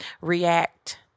react